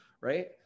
Right